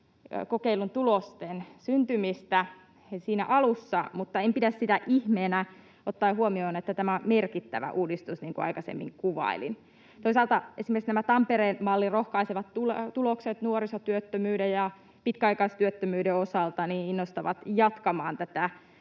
kokeilun tulosten syntymistä siinä alussa, mutta en pidä sitä ihmeenä ottaen huomioon, että tämä on merkittävä uudistus, niin kuin aikaisemmin kuvailin. Toisaalta esimerkiksi nämä Tampereen mallin rohkaisevat tulokset nuorisotyöttömyyden ja pitkäaikaistyöttömyyden osalta innostavat jatkamaan tätä